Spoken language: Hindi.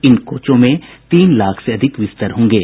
इन कोचों में तीन लाख से अधिक बिस्तर होंगे